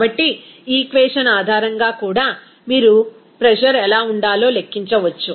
కాబట్టి ఈ ఈక్వేషన్ ఆధారంగా కూడా మీరు ప్రెజర్ ఎలా ఉండాలో లెక్కించవచ్చు